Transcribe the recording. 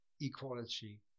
equality